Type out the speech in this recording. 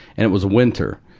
and it was winter.